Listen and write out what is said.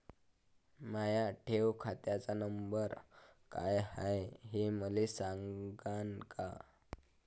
माया ठेव खात्याचा नंबर काय हाय हे मले सांगान का?